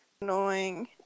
Annoying